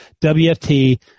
WFT